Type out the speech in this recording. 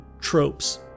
tropes